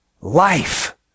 Life